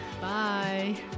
bye